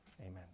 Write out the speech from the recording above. Amen